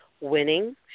winning